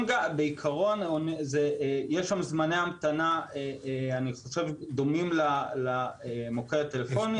בעיקרון יש שם זמני המתנה דומים למוקד הטלפוני.